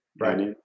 Right